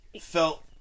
felt